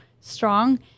strong